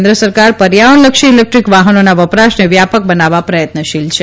કેન્દ્ર સરકાર પર્યાવરણલક્ષી ઇલેકટ્રીક વાહનોના વપરાશને વ્યાપક બનાવવા પ્રયત્નશીલ છે